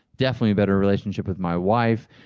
definitely a better relationship with my wife.